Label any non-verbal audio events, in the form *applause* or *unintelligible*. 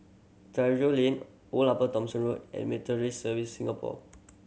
*unintelligible* Lane Old Upper Thomson Road and Meteorological Service Singapore